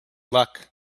luck